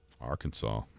Arkansas